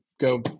go